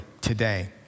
today